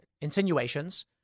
insinuations